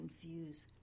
confuse